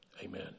Amen